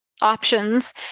options